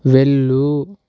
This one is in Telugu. వెళ్ళు